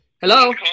hello